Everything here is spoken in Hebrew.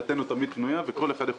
דלתנו תמיד פתוחה וכל אחד יכול